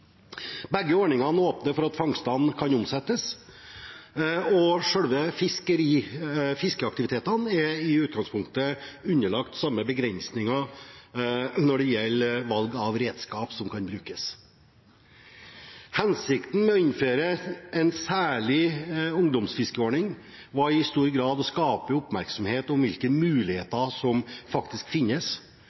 Begge ordningene åpner for at fangstene kan omsettes, og selve fiskeaktivitetene er i utgangspunktet underlagt de samme begrensninger når det gjelder valg av redskap som kan brukes. Hensikten med å innføre en særlig ungdomsfiskeordning var i stor grad å skape oppmerksomhet om hvilke muligheter som faktisk finnes,